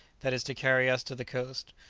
that is to carry us to the coast.